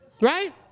Right